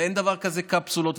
ואין דבר כזה קפסולות,